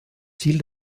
ziel